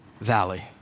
valley